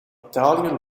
italië